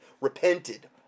repented